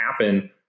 happen